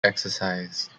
exercise